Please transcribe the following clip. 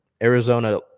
Arizona